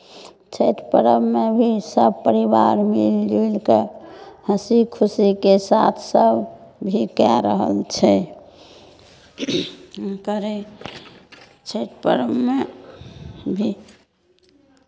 छठि पर्वमे भी सभ परिवार मिलि जुलि कऽ हँसी खुशीके साथ सभ भी कए रहल छै करै छठि पर्वमे भी